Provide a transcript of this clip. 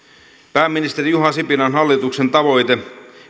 pääministeri juha sipilän hallituksen tavoite